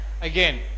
again